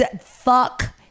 Fuck